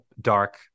dark